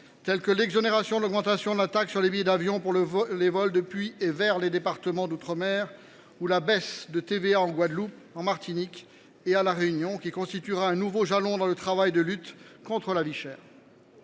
telles que l’exonération de l’augmentation de la taxe de solidarité sur les billets d’avion (TSBA) depuis et vers les départements d’outre mer, ou la baisse de TVA en Guadeloupe, en Martinique et à La Réunion, qui constituera un nouveau jalon dans le travail de lutte contre la vie chère.